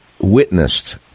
witnessed